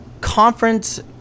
conference